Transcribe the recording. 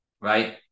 right